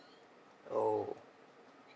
oh